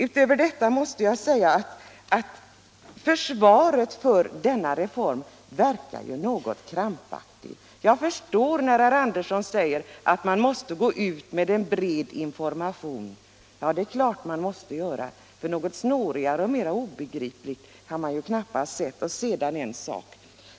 Utöver detta måste jag säga att försvaret för denna reform verkar något krampaktigt. Jag förstår när herr Andersson i Nybro säger att man måste gå ut med en bred information. Ja, det är klart att man måste göra det, för något snårigare och mera obegripligt har jag knappast sett.